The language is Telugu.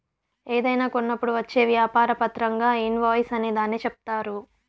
ఏదైనా కొన్నప్పుడు వచ్చే వ్యాపార పత్రంగా ఇన్ వాయిస్ అనే దాన్ని చెప్తారు